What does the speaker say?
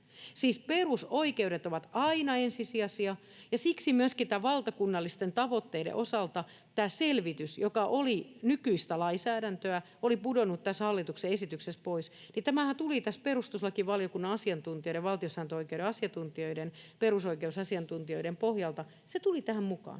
perusoikeudet ovat aina ensisijaisia, ja siksi myöskin valtakunnallisten tavoitteiden osalta tämä selvitys, joka oli nykyistä lainsäädäntöä, oli pudonnut tässä hallituksen esityksessä pois. Tämähän tuli perustuslakivaliokunnan asiantuntijoiden — valtiosääntöoikeuden asiantuntijoiden, perusoikeusasiantuntijoiden — pohjalta tähän mukaan.